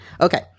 Okay